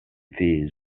fees